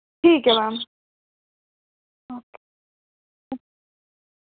ठीक ऐ ma'am okay